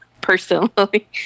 personally